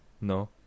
no